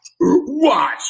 watch